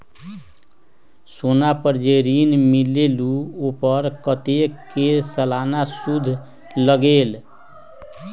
सोना पर जे ऋन मिलेलु ओपर कतेक के सालाना सुद लगेल?